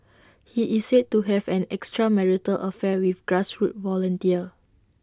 he is said to have had an extramarital affair with grassroots volunteer